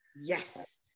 yes